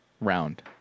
round